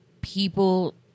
people